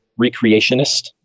recreationist